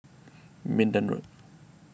Minden Road